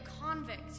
convict